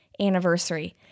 anniversary